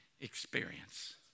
experience